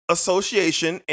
Association